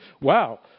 Wow